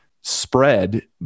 spread